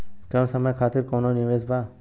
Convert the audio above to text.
कम समय खातिर कौनो निवेश बा?